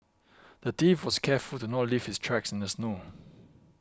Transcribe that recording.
the thief was careful to not leave his tracks in the snow